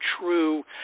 true